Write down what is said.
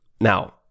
Now